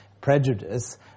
prejudice